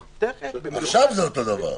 עכשיו זה אותו דבר.